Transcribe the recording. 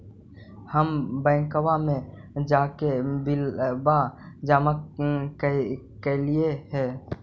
हम बैंकवा मे जाके बिलवा जमा कैलिऐ हे?